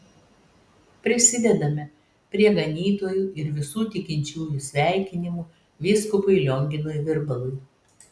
prisidedame prie ganytojų ir visų tikinčiųjų sveikinimų vyskupui lionginui virbalui